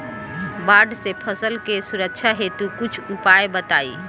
बाढ़ से फसल के सुरक्षा हेतु कुछ उपाय बताई?